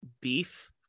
beef